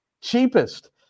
cheapest